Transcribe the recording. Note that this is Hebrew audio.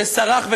שסרח,